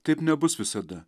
taip nebus visada